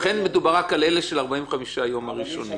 אז לכן מדובר רק על אלה של 45 יום הראשונים.